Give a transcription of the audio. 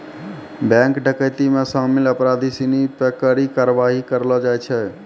bank डकैती मे शामिल अपराधी सिनी पे कड़ी कारवाही करलो जाय छै